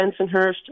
Bensonhurst